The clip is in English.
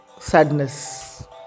sadness